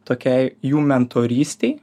tokiai jų mentorystei